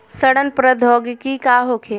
सड़न प्रधौगकी का होखे?